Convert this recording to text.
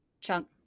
chunk